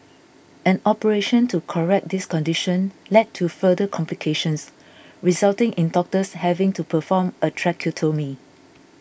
an operation to correct this condition led to further complications resulting in doctors having to perform a tracheotomy